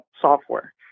software